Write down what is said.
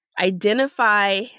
identify